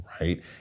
Right